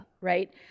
Right